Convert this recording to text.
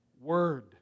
word